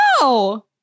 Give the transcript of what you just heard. No